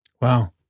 Wow